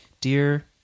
Dear